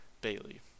Bailey